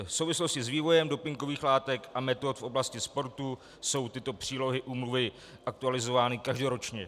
V souvislosti s vývojem dopingových látek a metod v oblasti sportu jsou tyto přílohy úmluvy aktualizovány každoročně.